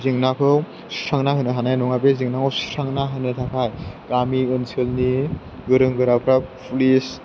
जेंनाखौ सुस्रांना होनो हानाय नङा बे जेंनाखौ सुस्रांना होनो थाखाय गामि ओनसोलनि गोरों गोराफ्रा पुलिस